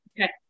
Okay